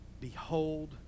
behold